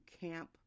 Camp